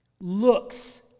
looks